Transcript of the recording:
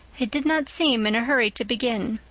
he did not seem in a hurry to begin.